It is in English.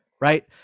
right